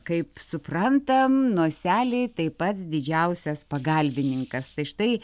kaip suprantam noselei tai pats didžiausias pagalbininkas tai štai